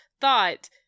thought